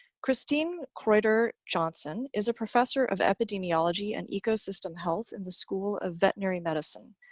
christine croiter johnson is a professor of epidemiology and ecosystem health in the school of veterinary medicine.